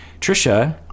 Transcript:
Trisha